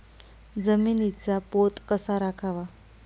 जमिनीचा पोत कसा राखावा?